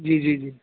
جی جی جی